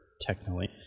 technically